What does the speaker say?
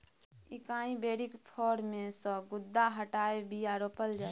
एकाइ बेरीक फर मे सँ गुद्दा हटाए बीया रोपल जाइ छै